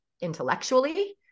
intellectually